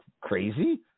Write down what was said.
crazy